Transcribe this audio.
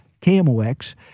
KMOX